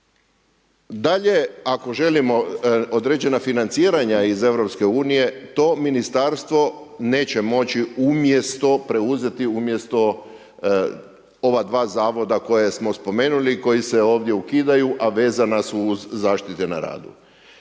Dalje, ako želimo određena financiranja iz EU to ministarstvo neće moći umjesto, preuzeti umjesto ova dva zavoda koja smo spomenuli i koja se ovdje ukidaju a vezana su uz zaštite na radu.